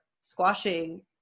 squashing